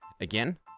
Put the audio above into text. Again